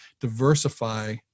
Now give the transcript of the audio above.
diversify